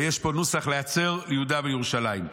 ויש פה נוסח: "להצר ליהודה ולירושלים.